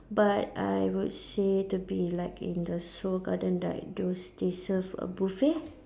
but I would say to be like in the Seoul garden like those they serve a buffet